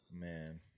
man